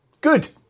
Good